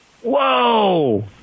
Whoa